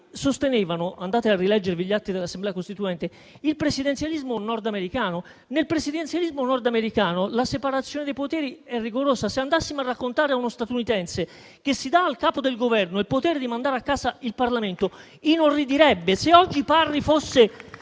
sostenevano - andate a rileggervi gli atti dell'Assemblea costituente - il presidenzialismo nordamericano e nel presidenzialismo nordamericano, la separazione dei poteri è rigorosa. Se andassimo a raccontare a uno statunitense che si dà al Capo del Governo il potere di mandare a casa il Parlamento, inorridirebbe. Se oggi Parri fosse